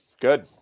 good